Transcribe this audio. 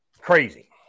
crazy